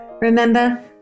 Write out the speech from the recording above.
Remember